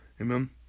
Amen